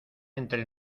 entre